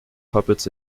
puppets